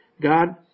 God